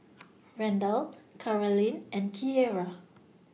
Randall Carolynn and Keira